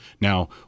Now